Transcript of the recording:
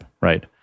right